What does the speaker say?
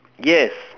yes